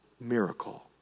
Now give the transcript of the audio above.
miracle